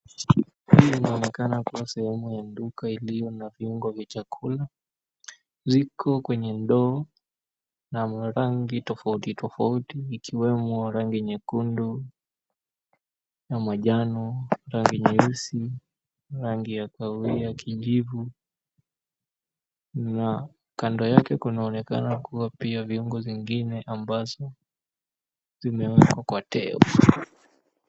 Hii inaonekana kuwa sehemu ya duka iliyo na viungo vya chakula. Ziko kwenye ndoo na rangi tofauti tofauti ikiwemo rangi nyekundu, ya manjano, rangi nyeusi, rangi ya kahawia kijivu na kando yake kunaonekana kuwa pia viungo zingine ambazo zimewekwa kwa teo.